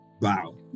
Wow